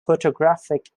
photographic